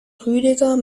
rüdiger